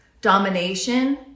domination